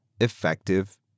effective